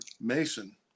Mason